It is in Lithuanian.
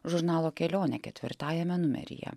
žurnalo kelionė ketvirtajame numeryje